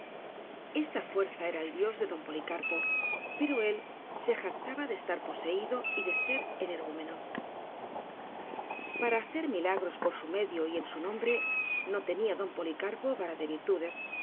esta fuerza era el dios de don policarpo por él se jactaba de estar poseído y de ser energúmeno para hacer milagros por su medio y en su nom bre no tenía don policarpo vara